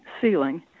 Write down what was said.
ceiling